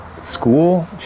school